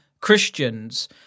Christians